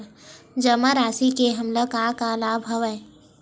जमा राशि ले हमला का का लाभ हवय?